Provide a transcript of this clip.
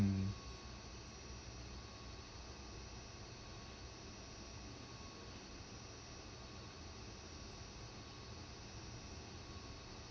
mm